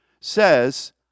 says